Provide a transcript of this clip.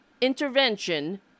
intervention